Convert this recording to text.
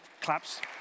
claps